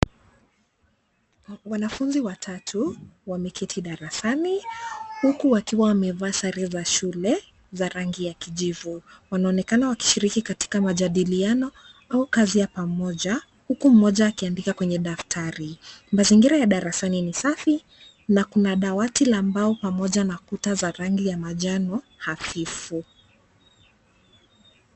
Wanafunzi watatu wameketi darasani huku wakiwa wamava sare za shule za rangi ya kijivu. Wanaonekana wakishiriki katika majadiliano au kazi ya pamoja. Huku mmoja akiandika kwenye daftari. Mazingira ya darasani ni safi na kuna dawati la mbao pamoja na kuta za rangi ya manjano hafifu.